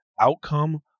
outcome